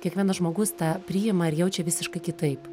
kiekvienas žmogus tą priima ir jaučia visiškai kitaip